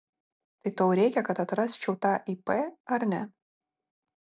tai tau reikia kad atrasčiau tą ip ar ne